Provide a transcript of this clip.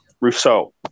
Rousseau